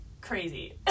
Crazy